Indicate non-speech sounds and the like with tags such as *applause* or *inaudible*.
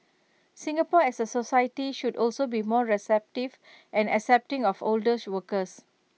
Singapore as A society should also be more receptive and accepting of older *unintelligible* workers